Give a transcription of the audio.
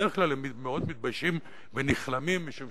בדרך כלל הם מאוד מתביישים ונכלמים משום